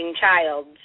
child